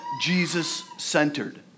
Jesus-centered